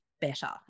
better